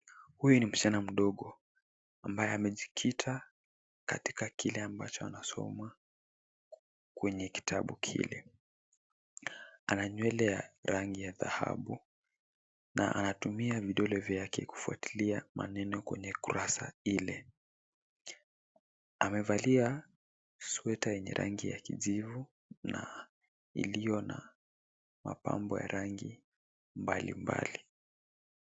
Huyu ni msichana mdogo ambaye amejikita katika kile ambacho anasoma kwenye kitabu kile. Ana nywele ya rangi ya dhababu na anatumia vidole vyake kufuatilia maneno kwenye kurasa ile. Amevalia sweta yenye rangi ya kijivu na iliyo na mapambo ya rangi mbalimbali.